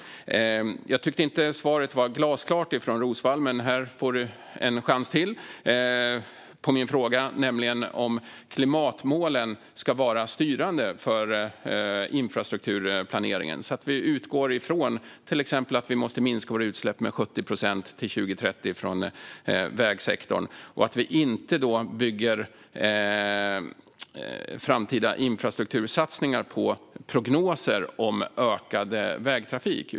Jag tyckte inte att svaret från Roswall på min fråga om klimatmålen ska vara styrande för infrastrukturplaneringen var glasklart, men här får hon en chans till. Det handlar om att till exempel utgå från att vi måste minska våra utsläpp från vägsektorn med 70 procent till 2030 och att inte bygga framtida infrastruktursatsningar på prognoser om ökad vägtrafik.